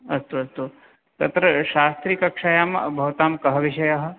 अस्तु अस्तु तत्र शास्त्रीकक्षायां भवतां कः विषयः